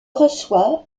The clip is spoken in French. reçoit